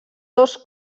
dos